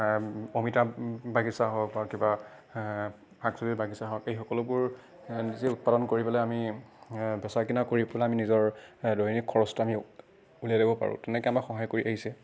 অমিতা বাগিচা হওক বা কিবা পাচলিৰ বাগিচা হওক এই সকলোবোৰ নিজে উৎপাদন কৰিব পেলাই আমি বেচা কিনা কৰি পেলাই আমি নিজৰ দৈনিক খৰচটো আমি ওলিয়াই ল'ব পাৰোঁ তেনেকৈ আমাক সহায় কৰি আহিছে